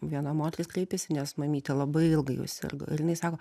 viena moteris kreipėsi nes mamytė labai ilgai jau sirgo ir jinai sako